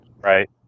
Right